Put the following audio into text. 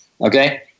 Okay